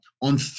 On